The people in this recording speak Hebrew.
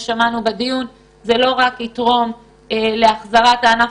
שמענו בדיון שזה לא רק יתרום לשיקום הענף